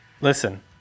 Listen